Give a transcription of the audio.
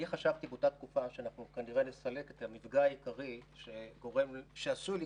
אני חשבתי באותה תקופה שאנחנו כנראה נסלק את המפגע העיקרי שעשוי לגרום,